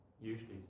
usually